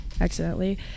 accidentally